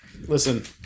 Listen